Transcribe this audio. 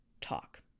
talk